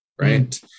right